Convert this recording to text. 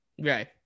Right